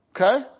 Okay